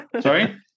Sorry